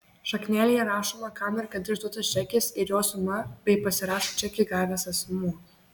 šaknelėje įrašoma kam ir kada išduotas čekis ir jo suma bei pasirašo čekį gavęs asmuo